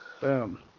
Boom